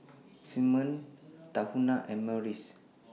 Simmons Tahuna and Morries